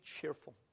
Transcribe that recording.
cheerful